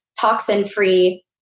toxin-free